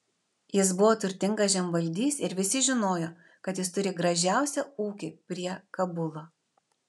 jis buvo turtingas žemvaldys ir visi žinojo kad jis turi gražiausią ūkį prie kabulo